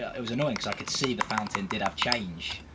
yeah it was annoying, cause i could see the fountain did have change.